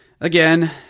Again